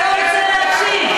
אתה לא רוצה להקשיב.